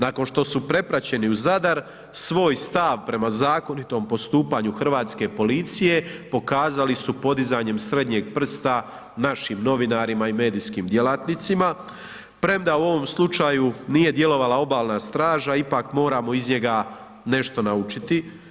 Nakon što su prepraćeni u Zadar, svoj stav prema zakonitom postupanju hrvatske policije pokazali su podizanjem srednjeg prsta našim novinarima i medijskim djelatnicima, premda u ovom slučaju nije djelovala Obalna straža ipak moramo iz njega nešto naučiti.